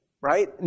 right